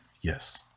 yes